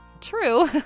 True